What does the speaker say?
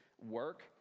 work